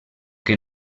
que